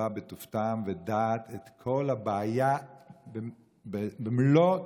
טעם ודעת את כל הבעיה במלוא תוקפה.